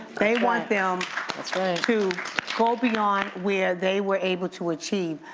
they want them to go beyond where they were able to achieve.